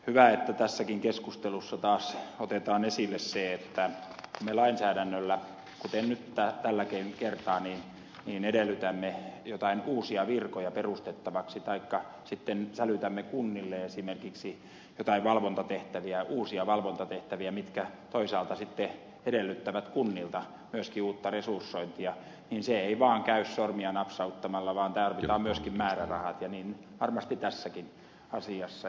hyvä että tässäkin keskustelussa taas otetaan esille se että kun me lainsäädännöllä kuten nyt tälläkin kertaa edellytämme joitain uusia virkoja perustettavaksi taikka sitten sälytämme kunnille esimerkiksi joitain uusia valvontatehtäviä mitkä toisaalta sitten edellyttävät kunnilta myöskin uutta resursointia niin se ei vaan käy sormia napsauttamalla vaan tarvitaan myöskin määrärahat ja niin varmasti tässäkin asiassa